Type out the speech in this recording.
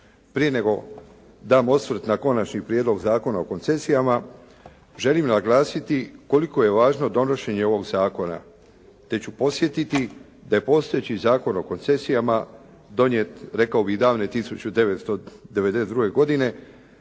prije nego dam osvrt na Konačni prijedlog zakona o koncesijama želim naglasiti koliko je važno donošenje ovog zakona te ću podsjetiti da je postojeći Zakon o koncesijama donijet rekao bih davne 1992. godine,